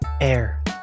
air